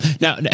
Now